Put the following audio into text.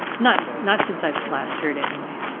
not not since i've last heard anyway.